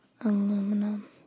Aluminum